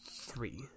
three